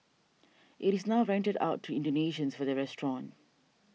it is now rented out to Indonesians for their restaurant